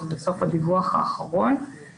שזה סוף הדיווח האחרון,